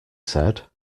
said